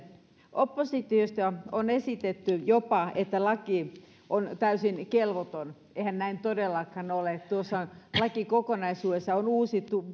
oppositiosta on esitetty jopa että laki on täysin kelvoton eihän näin todellakaan ole tuossa lakikokonaisuudessa on uusittu